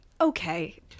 okay